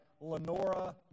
Lenora